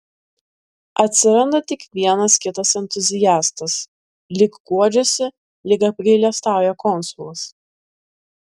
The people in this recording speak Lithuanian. atsiranda tik vienas kitas entuziastas lyg guodžiasi lyg apgailestauja konsulas